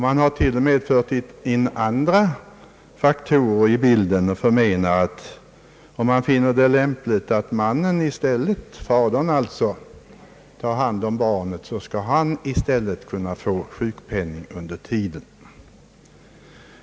Man har till och med fört in andra faktorer i bilden, nämligen att om makarna finner det lämpligt att fadern tar hand om barnet, så skall fadern i stället för modern kunna få sjukpenning under tiden.